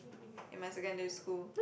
in my secondary school